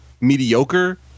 mediocre